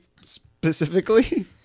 specifically